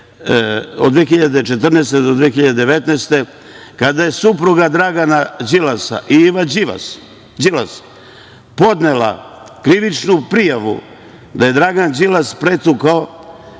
od 2014. do 2019. godine kada je supruga Dragana Đilasa, Iva Đilas, podnela krivičnu prijavu da je Dragan Đilas pretukao